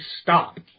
stop